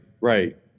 Right